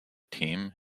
team